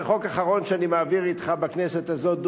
זה חוק אחרון שאני מעביר אתך בכנסת הזאת,